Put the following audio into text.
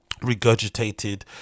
regurgitated